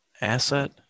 asset